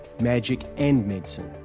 magic and medicine.